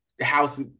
house